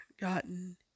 gotten